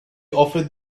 offered